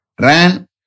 ran